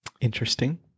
Interesting